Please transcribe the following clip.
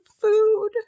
food